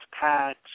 patch